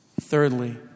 thirdly